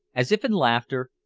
as if in laughter,